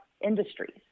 industries